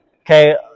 Okay